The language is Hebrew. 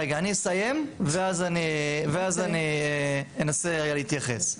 רגע, אני אסיים ואז אני אנסה רגע להתייחס.